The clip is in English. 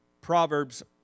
Proverbs